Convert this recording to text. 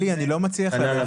עלי, אני לא מצליח להבין.